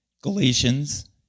Galatians